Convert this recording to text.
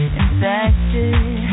infected